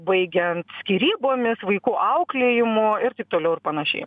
baigiant skyrybomis vaikų auklėjimu ir taip toliau ir panašiai